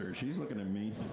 she's looking at me